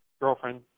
girlfriend